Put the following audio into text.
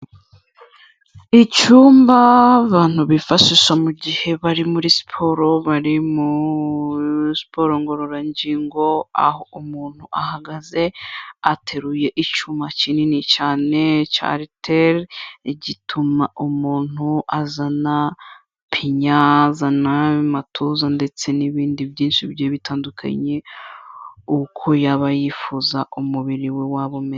Icyumba abantu bifashisha mu gihe bari muri siporo, bari muri siporo ngororangingo, aho umuntu ahagaze ateruye icyuma kinini cyane cya ariteri, gituma umuntu azana pinya, azana amatuza ndetse n'ibindi byinshi bigiye bitandukanye uko yaba yifuza umubiri we waba umeze.